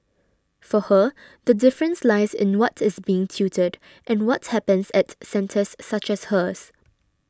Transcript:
for her the difference lies in what is being tutored and what happens at centres such as hers